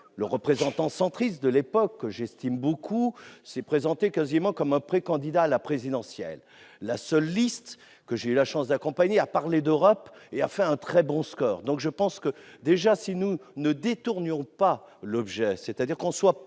le représentant centriste de l'époque, que j'estime beaucoup, s'est présenté quasiment comme un pré-candidat à l'élection présidentielle. La seule liste que j'ai eu la chance d'accompagner a parlé d'Europe et a fait un très bon score ! Déjà, ne détournons pas l'objet de l'élection. Que l'on soit pour